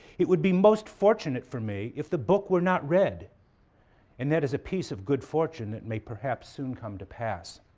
it would be most fortunate for me if the book were not read and that is a piece of good fortune that may perhaps soon come to pass.